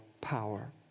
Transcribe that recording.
power